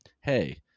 hey